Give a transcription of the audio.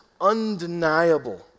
undeniable